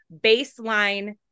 baseline